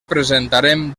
presentarem